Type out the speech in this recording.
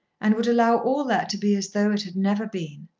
and would allow all that to be as though it had never been.